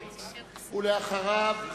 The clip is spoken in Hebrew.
ואחריו,